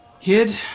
Kid